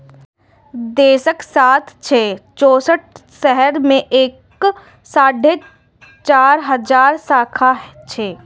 देशक सात सय चौंसठ शहर मे एकर साढ़े चारि हजार शाखा छै